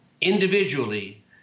individually